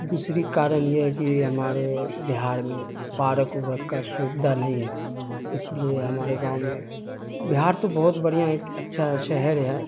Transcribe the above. دوسری کارن یہ ہے کہ ہمارے بہار میں پارک وورک کا سویدھا نہیں ہے اس لیے ہمارے گاؤں میں بہار تو بہت بڑھیاں ایک اچھا شہر ہے